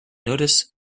notice